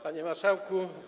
Panie Marszałku!